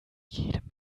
jedem